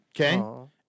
Okay